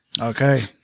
Okay